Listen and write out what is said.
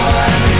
one